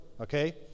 okay